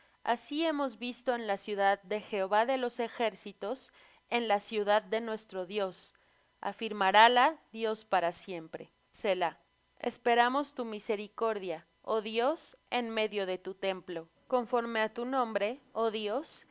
así hemos visto en la ciudad de jehová de los ejércitos en la ciudad de nuestro dios afirmarála dios para siempre selah esperamos tu misericordia oh dios en medio de tu templo conforme á tu nombre oh dios